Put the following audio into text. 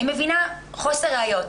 אני מבינה חוסר ראיות,